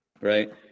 Right